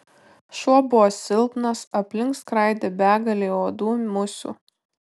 šuo buvo silpnas aplink skraidė begalė uodų musių